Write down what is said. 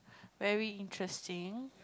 very interesting